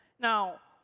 now,